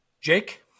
Jake